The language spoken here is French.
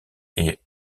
est